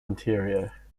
interior